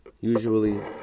Usually